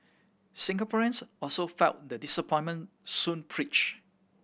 Singaporeans also felt the disappointment Soon preached